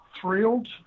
thrilled